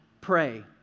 pray